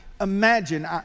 Imagine